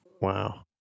Wow